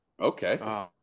okay